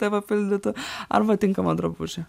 tave pildytų arba tinkamą drabužį